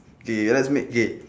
okay let us make